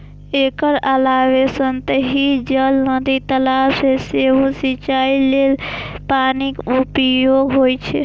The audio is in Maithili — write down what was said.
एकर अलावे सतही जल, नदी, तालाब सं सेहो सिंचाइ लेल पानिक उपयोग होइ छै